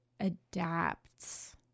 adapts